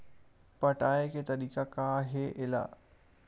पटाय के तरीका का हे एला?